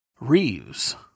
Reeves